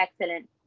excellent